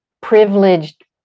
privileged